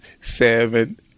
seven